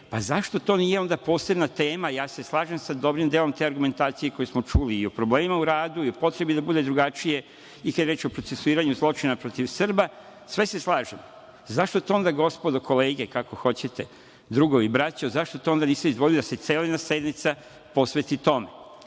Pa zašto to onda nije posebna tema? Ja se slažem sa dobrim delom te argumentacije koju smo čuli i o problemima u radu i o potrebi da bude drugačije i kada je reč o procesuiranju zločina protiv Srba, sve se slažem. Zašto to onda, gospodo kolege, kako hoćete, drugovi, braćo, zašto to onda niste izdvojili da se cela jedna sednica posveti tome?